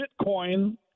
Bitcoin